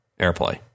AirPlay